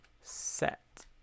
set